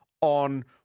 on